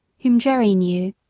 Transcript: whom jerry knew,